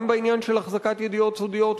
גם בעניין של החזקת ידיעות סודיות,